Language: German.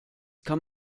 kann